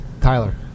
Tyler